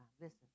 listen